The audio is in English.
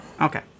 Okay